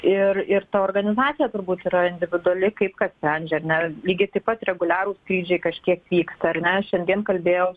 ir ir ta organizacija turbūt yra individuali kaip kas sprendžia ar ne lygiai taip pat reguliarūs skrydžiai kažkiek vyksta ar ne šiandien kalbėjau